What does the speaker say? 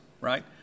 right